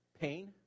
pain